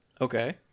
Okay